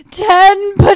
Ten